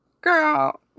Girl